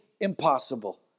impossible